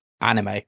anime